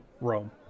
Rome